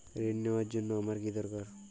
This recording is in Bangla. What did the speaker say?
ঋণ নেওয়ার জন্য আমার কী দরকার?